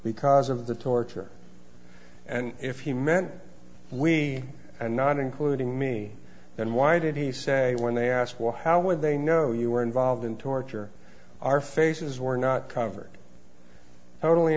because of the torture and if he meant we not including me then why did he say when they asked well how would they know you were involved in torture our faces were not covered totally